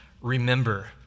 remember